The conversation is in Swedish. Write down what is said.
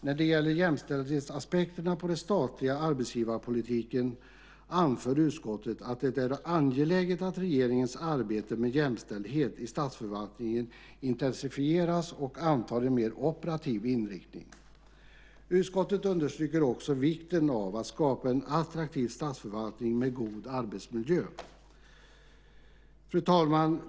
När det gäller jämställdhetsaspekter på den statliga arbetsgivarpolitiken anför utskottet att det är angeläget att regeringens arbete med jämställdhet i statsförvaltningen intensifieras och antar en mer operativ inriktning. Utskottet understryker också vikten av att skapa en attraktiv statsförvaltning med god arbetsmiljö. Fru talman!